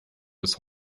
bis